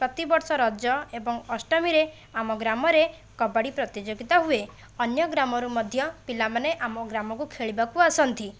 ପ୍ରତି ବର୍ଷ ରଜ ଏବଂ ଅଷ୍ଟମୀରେ ଆମ ଗ୍ରାମରେ କବାଡ଼ି ପ୍ରତିଯୋଗିତା ହୁଏ ଅନ୍ୟ ଗ୍ରାମରୁ ମଧ୍ୟ ପିଲାମାନେ ଆମ ଗ୍ରାମକୁ ଖେଳିବାକୁ ଆସନ୍ତି